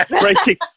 Breaking